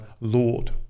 lord